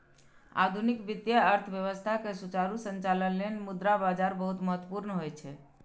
आधुनिक वित्तीय अर्थव्यवस्था के सुचारू संचालन लेल मुद्रा बाजार बहुत महत्वपूर्ण होइ छै